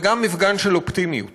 וגם מפגן של אופטימיות.